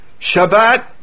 Shabbat